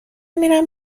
میرم